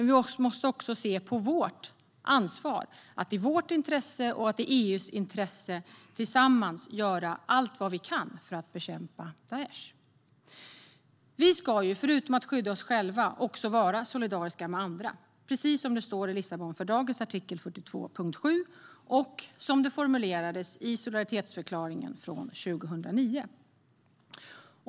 Vi måste också se på vårt ansvar. Det ligger i vårt och EU:s intresse att tillsammans göra allt vi kan för att bekämpa Daish. Vi ska förutom att skydda oss själva också vara solidariska med andra, precis som det står i Lissabonfördragets artikel 42.7 och som det formulerades i solidaritetsförklaringen från 2009.